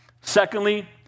Secondly